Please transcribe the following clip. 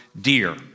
dear